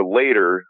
later